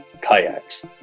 kayaks